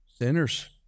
sinners